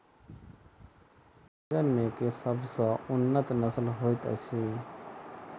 बैंगन मे केँ सबसँ उन्नत नस्ल होइत अछि?